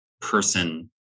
person